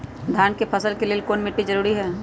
धान के फसल के लेल कौन मिट्टी जरूरी है?